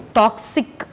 toxic